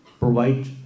Provide